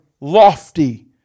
lofty